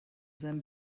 them